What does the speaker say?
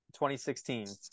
2016